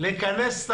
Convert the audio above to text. לכנס את